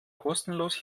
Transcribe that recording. kostenlos